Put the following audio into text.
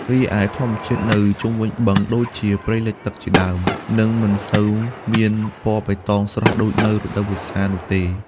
រីឯធម្មជាតិនៅជុំវិញបឹង ដូចជាព្រៃលិចទឹកជាដើម នឹងមិនសូវមានពណ៌បៃតងស្រស់ដូចនៅរដូវវស្សានោះទេ។